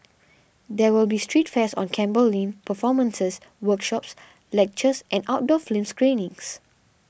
there will be street fairs on Campbell Lane performances workshops lectures and outdoor film screenings